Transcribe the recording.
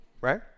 right